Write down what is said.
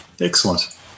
Excellent